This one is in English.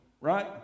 right